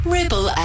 Ripple